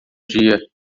dia